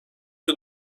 bir